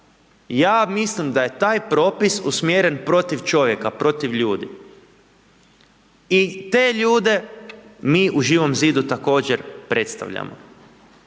Ja mislim da je taj propis usmjeren protiv čovjeka, protiv ljudi. I te ljude mi u Živom zidu također predstavljamo.